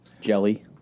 Jelly